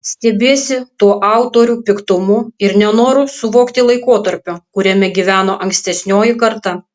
stebiesi tuo autorių piktumu ir nenoru suvokti laikotarpio kuriame gyveno ankstesnioji karta